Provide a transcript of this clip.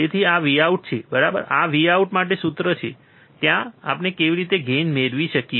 તેથી આ Vout છે બરાબર આ Vout માટે સૂત્ર છે ત્યાંથી આપણે કેવી રીતે ગેઇન મેળવી શકીએ